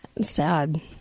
sad